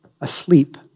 asleep